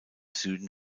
süden